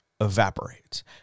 evaporates